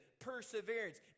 perseverance